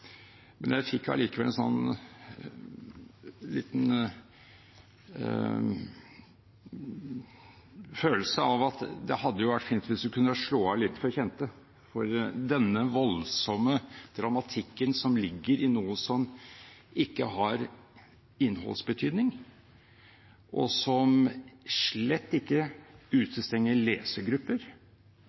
Jeg fikk allikevel en liten følelse av at det hadde vært fint hvis vi kunne slå av litt for kjente, for denne voldsomme dramatikken som ligger i noe som ikke har innholdsbetydning, og som slett ikke